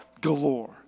galore